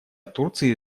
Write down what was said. турции